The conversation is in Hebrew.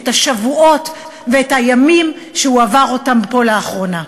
את השבועות ואת הימים שהוא עבר פה לאחרונה.